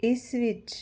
ਇਸ ਵਿੱਚ